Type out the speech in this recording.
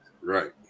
Right